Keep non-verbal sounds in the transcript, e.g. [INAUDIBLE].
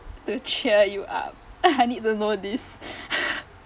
to cheer you up [LAUGHS] I need to know this [LAUGHS]